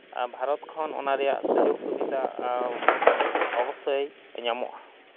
ᱵᱷᱟᱨᱚᱛ ᱠᱷᱚᱱ ᱚᱱᱟ ᱨᱮᱭᱟᱜ ᱥᱩᱡᱳᱜᱽ ᱥᱩᱵᱤᱫᱷᱟ ᱚᱵᱚᱥᱥᱳᱭ ᱧᱟᱢᱚᱜᱼᱟ